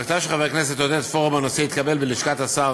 המכתב של חבר הכנסת עודד פורר בנושא התקבל בלשכת השר